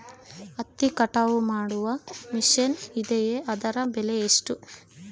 ಹತ್ತಿ ಕಟಾವು ಮಾಡುವ ಮಿಷನ್ ಇದೆಯೇ ಅದರ ಬೆಲೆ ಎಷ್ಟು?